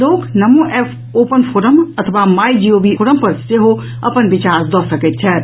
लोक NaMo app open forum अथवा my G O V forum पर सेहो अपन विचार दऽ सकैत छथि